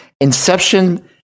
inception